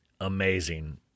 amazing